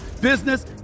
business